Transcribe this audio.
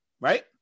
Right